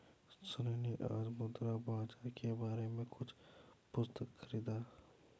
सन्नी आज मुद्रा बाजार के बारे में कुछ पुस्तक खरीदा